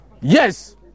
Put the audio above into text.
Yes